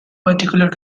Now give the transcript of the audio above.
particular